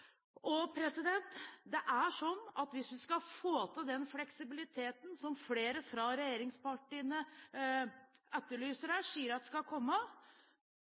Hvis vi skal få til den fleksibiliteten som flere fra regjeringspartiene etterlyser og sier skal komme,